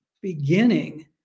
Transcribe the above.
beginning